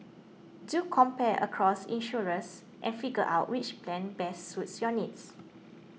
do compare across insurers and figure out which plan best suits your needs